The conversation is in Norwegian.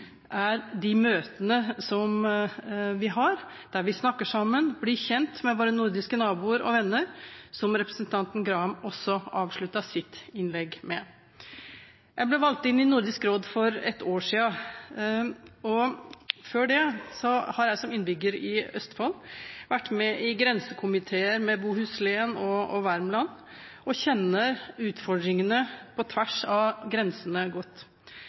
er de møtene vi har der vi snakker sammen og blir kjent med våre nordiske naboer og venner – noe som representanten Graham også avsluttet sitt innlegg med. Jeg ble valgt inn i Nordisk råd for et år siden, og før det har jeg som innbygger i Østfold vært med i grensekomiteer med Bohuslän og Värmland og kjenner godt til utfordringene på tvers av grensene.